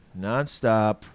nonstop